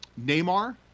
Neymar